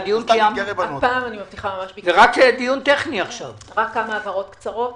כמה הבהרות קצרות: